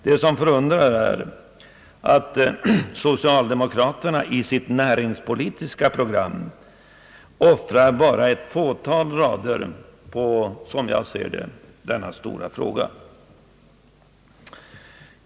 Det som förundrar är att socialdemokraterna i sitt näringspolitiska program offrar bara ett fåtal rader på denna, som jag ser det, stora fråga.